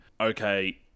okay